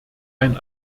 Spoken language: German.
ein